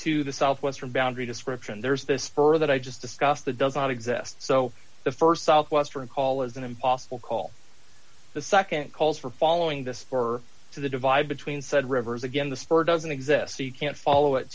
to the southwestern boundary description there's this fur that i just discussed that doesn't exist so the st southwestern call is an impossible call the nd calls for following this for to the divide between said rivers again the spur doesn't exist so you can't follow it